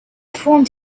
formed